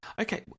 Okay